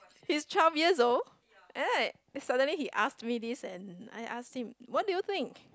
he is twelve years old right he already ask me this and I ask him what do you think